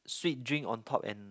sweet drink on top and